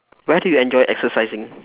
where do you enjoy exercising